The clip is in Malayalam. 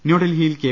ന്യൂഡൽഹിയിൽ കെ